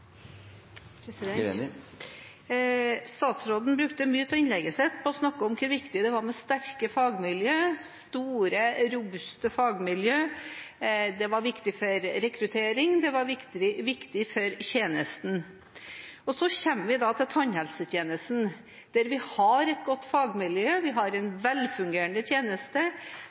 Statsråden brukte mye av innlegget sitt på å snakke om hvor viktig det var med sterke fagmiljøer og store, robuste fagmiljøer. Det var viktig for rekruttering, og det var viktig for tjenesten. Så kommer vi da til tannhelsetjenesten, der vi har et godt fagmiljø og en velfungerende tjeneste